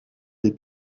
des